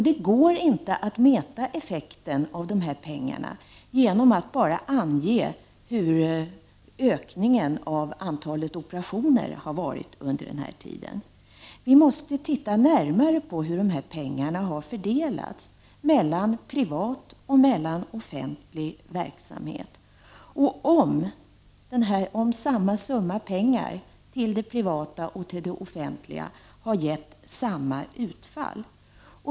Det går inte att mäta effekten av dessa pengar genom att bara ange ökningen av antalet operationer under denna tid. Vi måste se närmare på hur pengarna har fördelats mellan privat och offentlig verksamhet och om samma summa pengar till det privata och till det offentliga hade gett samma utfall.